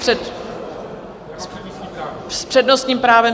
S přednostním právem?